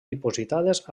dipositades